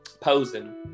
posing